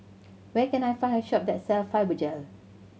where can I find a shop that sell Fibogel